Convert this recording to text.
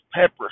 pepper